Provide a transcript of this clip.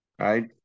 right